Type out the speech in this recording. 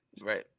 Right